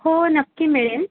हो नक्की मिळेल